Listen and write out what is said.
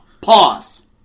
pause